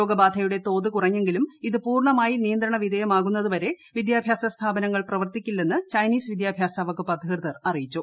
രോഗബാധയുടെ തോത് കുറഞ്ഞെങ്കിലും ഇത് പൂർണ്ണമായി നിയന്ത്രണവിധേയമാകുന്നതുവരെ വിദ്യാഭ്യാസ സ്ഥാപനങ്ങൾ പ്രവർത്തിക്കില്ലെന്ന് ചൈനീസ് വിദ്യാഭ്യാസ വകുപ്പ് അധികൃതർ അറിയിച്ചു